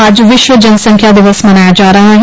आज विश्व जनसंख्या दिवस मनाया जा रहा है